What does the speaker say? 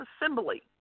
assembly